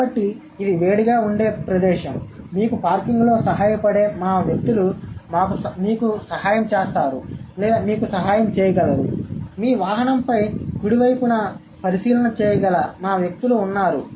కాబట్టి ఇది వేడిగా ఉండే ప్రదేశం కాబట్టి మీకు పార్కింగ్లో సహాయపడే మా వ్యక్తులు మాకు సహాయం చేస్తారు లేదా మీకు సహాయం చేయగలరు లేదా మీ వాహనంపై కుడివైపున పరిశీలన చేయగల మా వ్యక్తులు ఉన్నారు